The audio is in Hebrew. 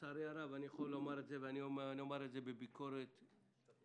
לצערי הרב אני יכול לומר ביקורת קשה: